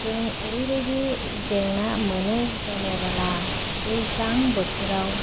जों ओरैबायदि जेंना मोनो जेनेबोला दैज्लां बोथोराव